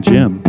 Jim